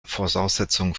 voraussetzung